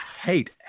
hate